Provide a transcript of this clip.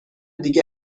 دیگه